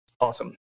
Awesome